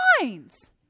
minds